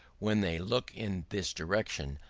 when they look in this direction,